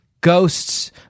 ghosts